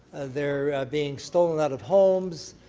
they're being stolen out of homes,